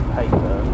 paper